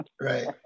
Right